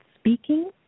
speaking